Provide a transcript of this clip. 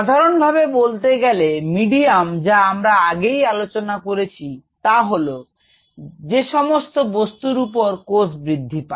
সাধারণভাবে বলতে গেলে মিডিয়াম যা আমরা আগেই আলোচনা করেছি তা হল যে সমস্ত বস্তুর উপর কোষ বৃদ্ধি পায়